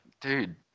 dude